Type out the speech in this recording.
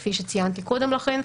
כפי שציינתי קודם לכן.